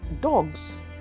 dogs